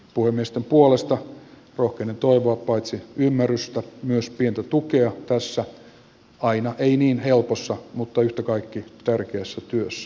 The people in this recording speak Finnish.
puhemiesten puolesta rohkenen toivoa paitsi ymmärrystä myös pientä tukea tässä aina ei niin helpossa mutta yhtä kaikki tärkeässä työssä